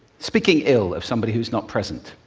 speaking ill of somebody who's not present.